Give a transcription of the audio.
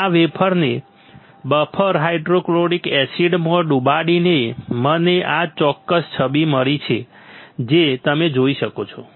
આ વેફરને buffer hydrofluoric એસિડમાં ડુબાડીને મને આ ચોક્કસ છબી મળશે જે તમે જોઈ શકો છો